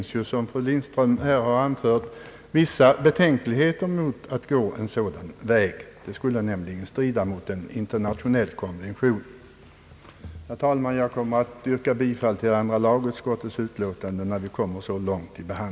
Såsom fru Lindström också har anfört finns det vissa betänkligheter mot att gå en sådan väg. Det skulle nämligen strida mot en internationell konvention.